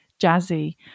jazzy